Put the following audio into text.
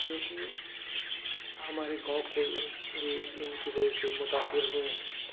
جو کہ ہمارے گاؤں کو ان کی وجہ سے متأثر ہوئے ہیں